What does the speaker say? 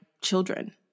children